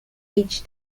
each